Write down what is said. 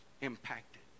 impacted